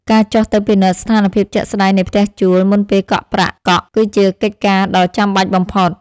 ការចុះទៅពិនិត្យស្ថានភាពជាក់ស្តែងនៃផ្ទះជួលមុនពេលកក់ប្រាក់កក់គឺជាកិច្ចការដ៏ចាំបាច់បំផុត។